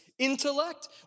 intellect